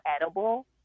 edible